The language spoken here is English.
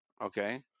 okay